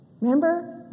Remember